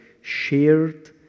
shared